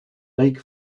lake